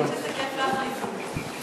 משה, תגיד שזה כיף להחליף אותי.